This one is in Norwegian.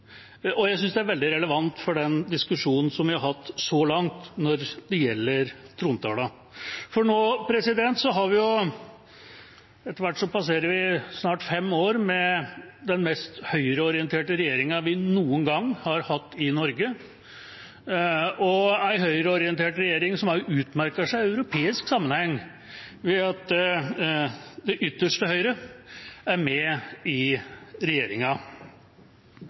synes jeg er veldig godt sagt, og jeg synes det er veldig relevant for den diskusjonen som vi har hatt så langt når det gjelder trontalen. For etter hvert passerer vi snart fem år med den mest høyreorienterte regjeringa vi noen gang har hatt i Norge, en høyreorientert regjering som også utmerker seg i europeisk sammenheng, ved at det ytterste høyre er med i regjeringa.